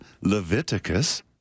Leviticus